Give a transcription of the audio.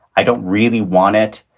i don't really want it,